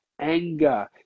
anger